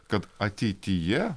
kad ateityje